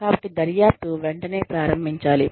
కాబట్టి దర్యాప్తు వెంటనే ప్రారంభించాలి